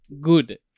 good